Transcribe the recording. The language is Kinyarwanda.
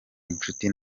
inshuti